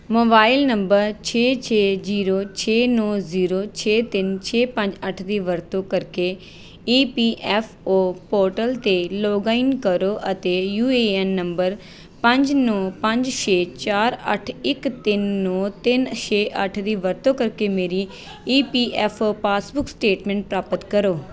mobile number ਛੇ ਛੇ zero ਛੇ ਨੌਂ ਜ਼ੀਰੋ ਛੇ ਤਿੰਨ ਛੇ ਪੰਜ ਅੱਠ ਦੀ ਵਰਤੋਂ ਕਰਕੇ E P F O portal 'ਤੇ ਲੌਗਇਨ ਕਰੋ ਅਤੇ ਯੂ ਏ ਐਨ ਨੰਬਰ ਪੰਜ ਨੌਂ ਪੰਜ ਛੇ ਚਾਰ ਅੱਠ ਇੱਕ ਤਿੰਨ ਨੌਂ ਤਿੰਨ ਛੇ ਅੱਠ ਦੀ ਵਰਤੋਂ ਕਰਕੇ ਮੇਰੀ E P F O passbook statement ਪ੍ਰਾਪਤ ਕਰੋ